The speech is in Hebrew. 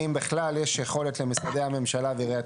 האם בכלל יש יכולת למשרדי הממשלה ועיריית